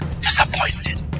disappointed